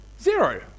Zero